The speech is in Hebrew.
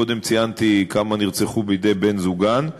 קודם ציינתי כמה נרצחו בידי בני-זוגן.